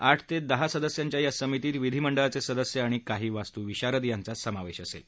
आठ ते दहा सदस्यांच्या या समितीत विधिमंडळाचे सदस्य आणि काही वास्तू विशारद यांचा समावेश असेल